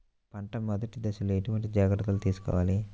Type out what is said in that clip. పంట మెదటి దశలో ఎటువంటి జాగ్రత్తలు తీసుకోవాలి?